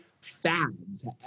fads